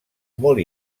molt